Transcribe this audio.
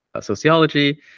sociology